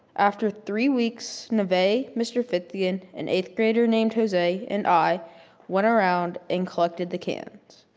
after three weeks, navay, mr. fithian, and eighth grader named jose, and i went around and collected the cans.